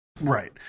Right